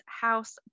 house